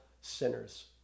sinners